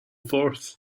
fourth